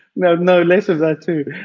no no less of that too.